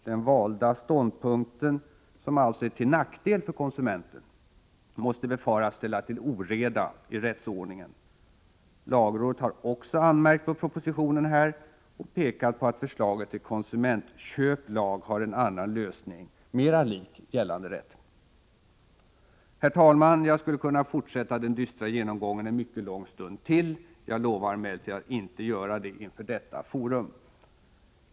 Den valda ståndpunkten — som alltså är till nackdel för konsumenten — måste befaras ställa till oreda i rättsordningen. Lagrådet har också anmärkt på propositionen i detta avseende och pekat på att förslaget till konsumentköplag har en annnan lösning, mera lik gällande rätt. Herr talman! Jag skulle kunna fortsätta den dystra genomgången en mycket lång stund till. Jag lovar emellertid att inte göra det inför detta forum.